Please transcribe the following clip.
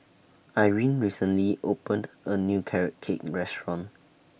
Irene recently opened A New Carrot Cake Restaurant